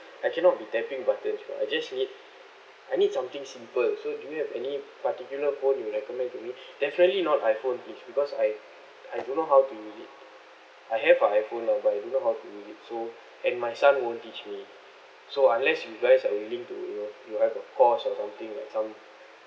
I cannot be tapping buttons right I just need I need something simple so do you have any particular phone you recommend to me definitely not iphone please because I I don't know how to use it I have a iphone lah but I do not know how to use it so and my son won't teach me so unless you guys are willing to you know you have a course or something like some